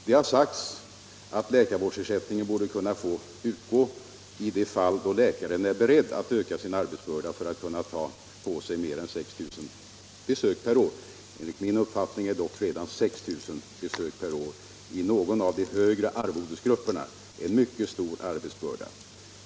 Det har sagts att läkarvårdsersättningen borde kunna få utgå i de fall läkaren är beredd att utöka sin arbetsbörda för att kunna ta på sig mer än 6 000 besök per år. Enligt min uppfattning är dock redan 6 000 besök per år i någon av de högre arvodesgrupperna en mycket stor arbetsbörda.